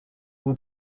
will